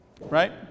right